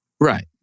Right